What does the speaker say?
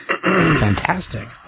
fantastic